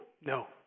No